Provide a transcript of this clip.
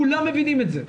כולם מבינים את זה.